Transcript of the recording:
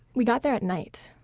we got there at night.